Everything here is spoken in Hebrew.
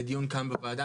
לדיון כאן בוועדה.